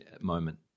moment